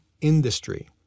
industry